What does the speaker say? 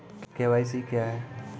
KYC क्या हैं?